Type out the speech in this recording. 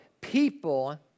people